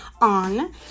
on